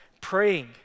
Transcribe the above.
Praying